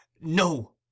No